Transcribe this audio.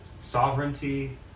sovereignty